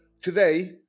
Today